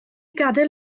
gadael